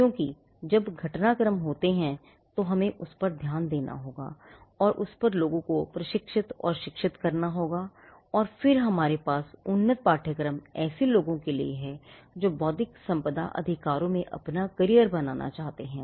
क्योंकि जब घटनाक्रम होते हैं तो हमें उस पर ध्यान देना होगा और उस पर लोगों को प्रशिक्षित और शिक्षित करना होगा और फिर हमारे पास उन्नत पाठ्यक्रम ऐसे लोगों के लिए हैं जो बौद्धिक संपदा अधिकारों में अपना करियर बनाना चाहते हैं